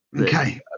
Okay